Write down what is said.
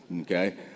okay